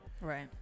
Right